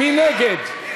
מי נגד?